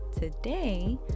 today